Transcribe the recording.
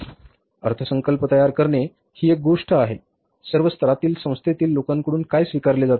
अर्थसंकल्प तयार करणे ही एक गोष्ट आहे सर्व स्तरातील संस्थेतील लोकांकडून काय स्वीकारले जाते